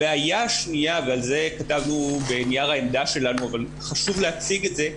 הבעיה השנייה ועל זה כתבנו בנייר העמדה שלנו אבל חשוב להציג את זה,